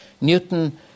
Newton